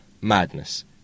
madness